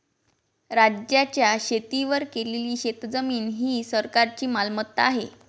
राज्याच्या शेतीवर केलेली शेतजमीन ही सरकारची मालमत्ता आहे